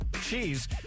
cheese